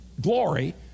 glory